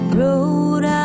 road